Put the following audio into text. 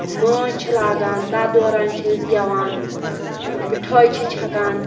مٲنز چھِ لاگان تَتھ دوران چھِ أسۍ گٮ۪وان مِٹھٲے چھِ چھَکان